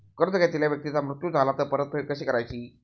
कर्ज घेतलेल्या व्यक्तीचा मृत्यू झाला तर परतफेड कशी करायची?